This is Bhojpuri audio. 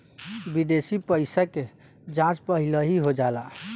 विदेशी पइसा के जाँच पहिलही हो जाला